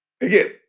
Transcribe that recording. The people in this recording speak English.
again